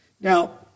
Now